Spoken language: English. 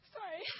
Sorry